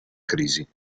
crisi